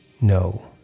no